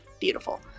beautiful